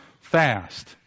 fast